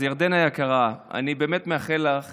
ירדנה יקרה, אני באמת מאחל לך